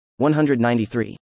193